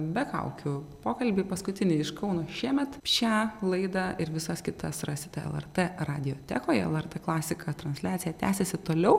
be kaukių pokalbį paskutinį iš kauno šiemet šią laidą ir visas kitas rasite lrt radiotekoje lrt klasika transliacija tęsiasi toliau